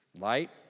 light